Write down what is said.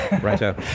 Righto